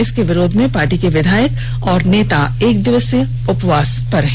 इसके विरोध में पार्टी के विधायक और नेतागण एकदिवसीय उपवास पर हैं